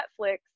Netflix